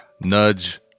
nudge